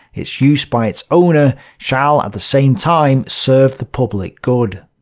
its use by its owner shall at the same time serve the public good.